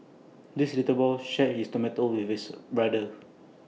this little boy shared his tomato with his brother